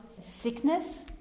sickness